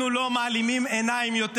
אנחנו לא מעלימים עיניים יותר.